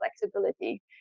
flexibility